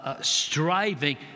striving